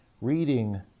reading